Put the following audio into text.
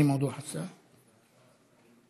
נעבור להצעה לסדר-היום מס'